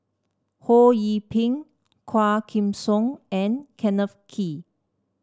Ho Yee Ping Quah Kim Song and Kenneth Kee